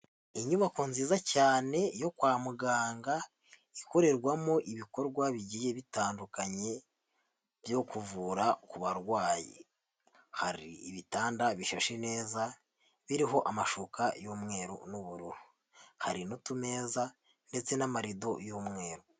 Inyubako nziza cyane yo kwa muganga ikorerwamo ibikorwa bigiye bitandukanye byo kuvura ku barwayi, hari ibitanda bishashe neza biriho amashuka y'umweru n'ubururu, hari n'utumeza ndetse n'amarido y'umweru.